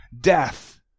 death